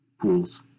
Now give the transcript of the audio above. pools